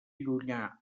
llunyà